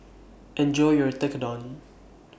Enjoy your Tekkadon